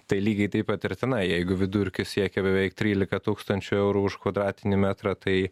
tai lygiai taip pat ir tenai jeigu vidurkis siekia beveik trylika tūkstančių eurų už kvadratinį metrą tai